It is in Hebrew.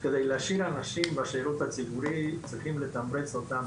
שכדי להשאיר אנשים בשירות הציבורי צריכים לתמרץ אותם